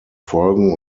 folgen